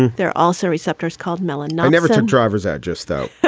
there are also receptors called mellen i never thought drivers. i just though. oh,